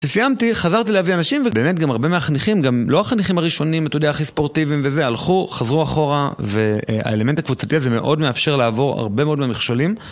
כשסיימתי חזרתי להביא אנשים, ובאמת גם הרבה מהחניכים, גם לא החניכים הראשונים, אתה יודע, הכי ספורטיביים וזה, הלכו, חזרו אחורה, והאלמנט הקבוצתי הזה מאוד מאפשר לעבור הרבה מאוד מהמכשולים.